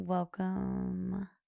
Welcome